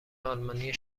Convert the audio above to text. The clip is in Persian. آلمانی